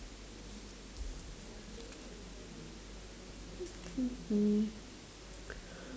mm